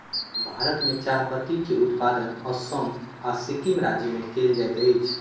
भारत में चाह पत्ती के उत्पादन असम आ सिक्किम राज्य में कयल जाइत अछि